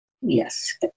Yes